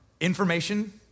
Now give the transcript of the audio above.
information